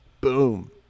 boom